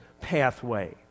pathway